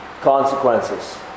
consequences